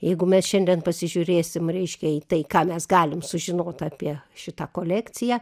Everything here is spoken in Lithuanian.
jeigu mes šiandien pasižiūrėsim reiškia į tai ką mes galim sužinot apie šitą kolekciją